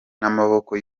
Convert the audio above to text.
n’amaboko